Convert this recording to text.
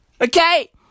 okay